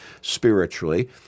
spiritually